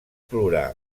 plorar